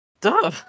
Duh